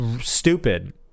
stupid